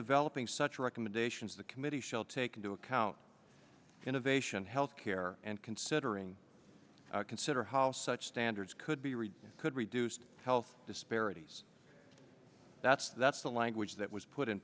developing such recommendations the committee shall take into account innovation health care and considering consider how such standards could be read could reduce health disparities that's that's the language that was put in